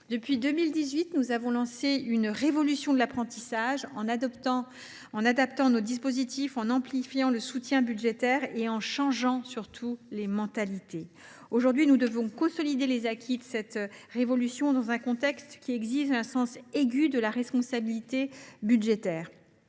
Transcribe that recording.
Depuis 2018, nous avons lancé une révolution de l’apprentissage en adaptant les dispositifs en place, en amplifiant le soutien budgétaire et en changeant surtout les mentalités. Désormais, nous devons consolider les acquis de cette révolution, dans un contexte qui exige un sens aigu de la responsabilité budgétaire.